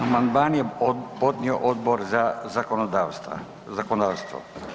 Amandman je podnio Odbor za zakonodavstvo.